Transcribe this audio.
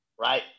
right